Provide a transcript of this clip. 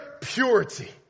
purity